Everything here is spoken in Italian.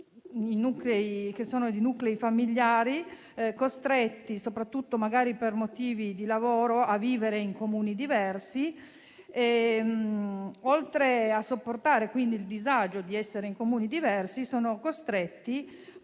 che appartengono a nuclei familiari costretti, soprattutto per motivi di lavoro, a vivere in Comuni diversi; oltre a sopportare il disagio di essere in Comuni diversi, sono costretti a